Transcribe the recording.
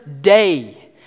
day